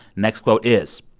next quote is,